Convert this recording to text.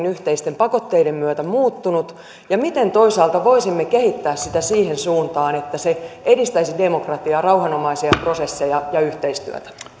yhteisten pakotteiden myötä muuttunut ja miten toisaalta voisimme kehittää sitä siihen suuntaan että se edistäisi demokratiaa rauhanomaisia prosesseja ja yhteistyötä